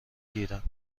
گیرند